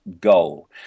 goal